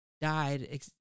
died